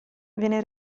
viene